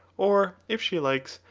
or, if she likes,